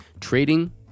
trading